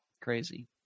crazy